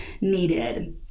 needed